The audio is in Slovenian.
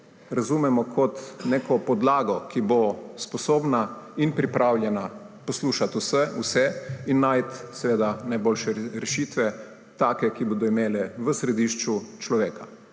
razumemo [jo] kot neko podlago, ki bo sposobna in pripravljena poslušati vse in najti najboljše rešitve, take, ki bodo imele v središču človeka,